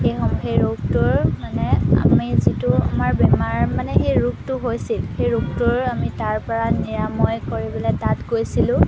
সেইসমূহ সেই ৰোগটোৰ মানে আমি যিটো আমাৰ বেমাৰ মানে সেই ৰোগটো হৈছিল সেই ৰোগটোৰ আমি তাৰ পৰা নিৰাময় কৰিবলৈ তাত গৈছিলোঁ